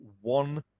one